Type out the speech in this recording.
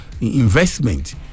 investment